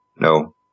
No